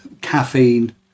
caffeine